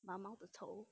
毛毛的头